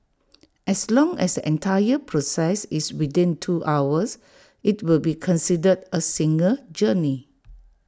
as long as entire process is within two hours IT will be considered A single journey